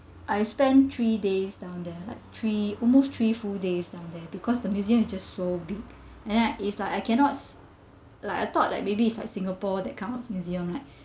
I spent three days down there like three almost three full days lah there because the museum is just so big then like if I cannot s~ uh but I thought like maybe it's like singapore that kind of museum like